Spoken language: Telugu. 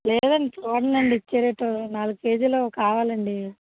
లేదండి చూడండి ఇచ్చే రేటు నాలుగు కేజీలు కావాలండి